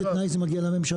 באיזה תנאי זה מגיע לממשלה?